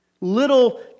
Little